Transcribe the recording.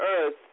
Earth